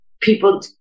people